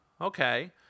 okay